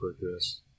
progress